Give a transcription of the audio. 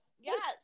Yes